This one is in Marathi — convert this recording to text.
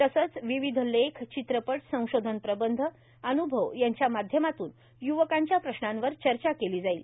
तसंच विविध लेख चित्रपट संशोधन प्रबंध अन्भव यांच्या माध्यमातून युवकांच्या प्रश्नांवर चर्चा केली जाईल